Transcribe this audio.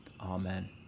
Amen